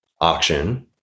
auction